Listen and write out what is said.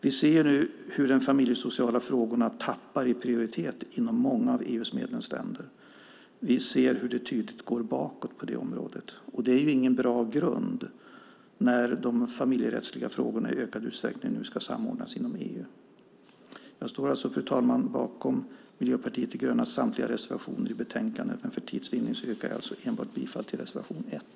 Vi ser nu hur de familjesociala frågorna tappar i prioritet inom många av EU:s medlemsländer. Vi ser hur det tydligt går bakåt på det området. Det är ingen bra grund när de familjerättsliga frågorna i ökad utsträckning nu ska samordnas inom EU. Jag står alltså, fru talman, bakom Miljöpartiet de grönas samtliga reservationer i betänkandet, men för tids vinnande yrkar jag bifall till enbart reservation 1.